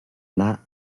anar